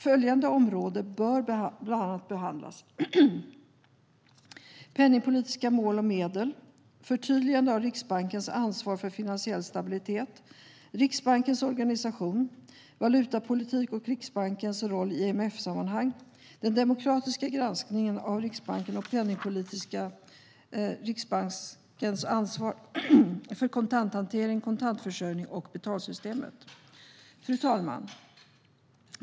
Områden som bör behandlas är bland andra penningpolitiska mål och medel förtydligande av Riksbankens ansvar för finansiell stabilitet riksbankens organisation valutapolitik och Riksbankens roll i IMF sammanhang den demokratiska granskningen av Riksbanken och penningpolitiken Riksbankens ansvar för kontanthanteringen, kontantförsörjningen och betalsystemet. Fru talman!